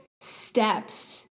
steps